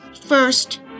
First